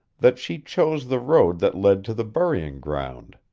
that she chose the road that led to the burying-ground.